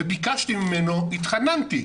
וביקשתי ממנו, התחננתי,